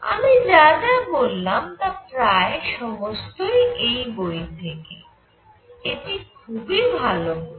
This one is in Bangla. আমি যা যা বললাম তা প্রায় সমস্তই এই বই থেকে এটি একটি খুবই ভাল বই